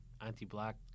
anti-black